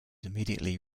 immediately